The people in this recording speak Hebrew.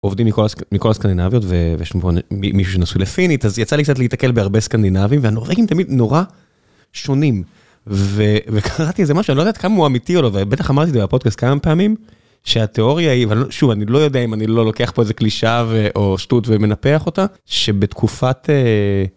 עובדים מכל הסקנדינביות ויש פה מישהו שנשוי לפינית אז יצא לי קצת להתקל בהרבה סקנדנבים והנורבגים תמיד נורא שונים. וקראתי איזה משהו אני לא יודע עד כמה הוא אמיתי או לא ובטח אמרתי את זה בפודקאסט כמה פעמים שהתיאוריה היא אבל..שוב אני לא יודע אם אני לא לוקח פה איזה קלישאה או שטות ומנפח אותה שבתקופת...